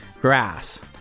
grass